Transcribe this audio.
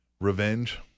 revenge